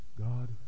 God